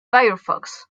firefox